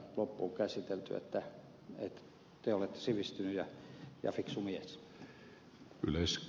te olette sivistynyt ja fiksu mies